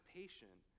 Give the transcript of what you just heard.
patient